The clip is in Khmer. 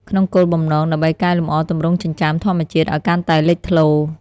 ក្នុងគោលបំណង ដើម្បីកែលម្អទម្រង់ចិញ្ចើមធម្មជាតិឲ្យកាន់តែលេចធ្លោ។